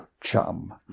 chum